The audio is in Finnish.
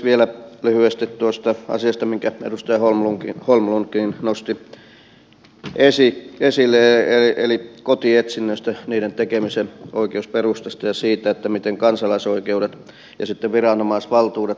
vielä lyhyesti tuosta asiasta minkä edustaja holmlundkin nosti esille eli kotietsinnöistä niiden tekemisen oikeusperustasta ja siitä miten kansalaisoikeudet ja viranomaisvaltuudet suhtautuvat toisiinsa